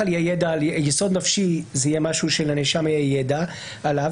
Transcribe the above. יסוד נפשי יהיה משהו שלנאשם יהיה ידע עליו